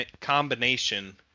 combination